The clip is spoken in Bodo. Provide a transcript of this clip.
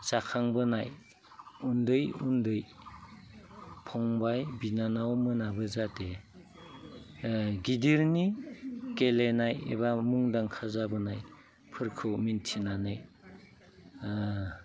जाखांबोनाय उन्दै उन्दै फंबाय बिनानावमोनाबो जाहाथे गिदिरनि गेलेनाय एबा मुंदांखा जाबोनाय फोरखौ मिन्थिनानै